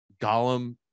gollum